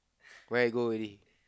where go already